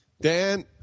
Dan